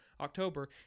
October